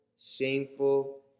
shameful